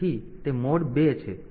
તેથી તે મોડ 2 છે